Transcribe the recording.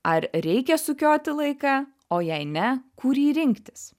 ar reikia sukioti laiką o jei ne kurį rinktis